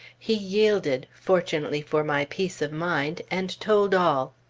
he yielded, fortunately for my peace of mind, and told all.